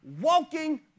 walking